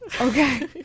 Okay